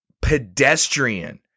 pedestrian